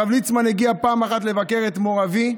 הרב ליצמן הגיע פעם אחת לבקר את מור אבי,